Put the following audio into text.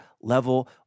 level